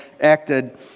acted